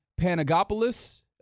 Panagopoulos